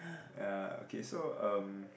ya okay so uh